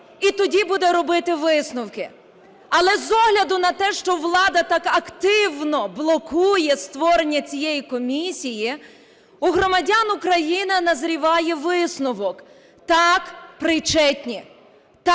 і тоді буде робити висновки. Але з огляду на те, що влада так активно блокує створення цієї комісії, у громадян України назріває висновок: так, причетні, так, державна